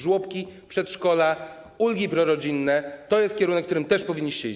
Żłobki, przedszkola, ulgi prorodzinne - to jest kierunek, w którym też powinniście iść.